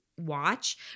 Watch